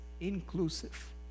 inclusive